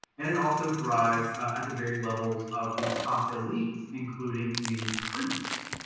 and it also thrived at the very levels of the top elites, including many priests.